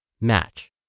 match